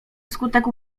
wskutek